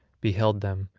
beheld them,